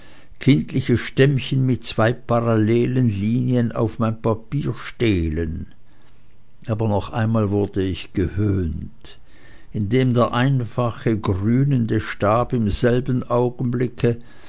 kindliche stämmchen mit zwei parallelen linien auf mein papier stehlen aber noch einmal wurde ich gehöhnt indem der einfache grünende stab im selben augenblicke